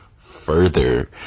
Further